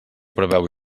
preveu